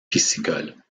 piscicole